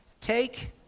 Take